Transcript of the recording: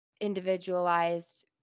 individualized